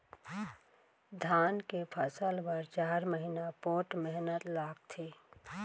धान के फसल बर चार महिना पोट्ठ मेहनत लागथे